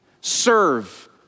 Serve